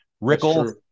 Rickle